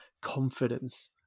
confidence